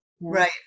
Right